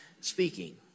speaking